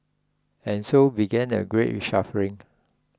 and so began a great reshuffling